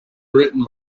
written